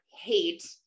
hate